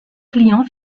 clients